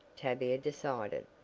tavia decided,